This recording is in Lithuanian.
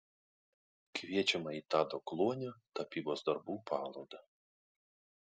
kviečiame į tado kluonio tapybos darbų parodą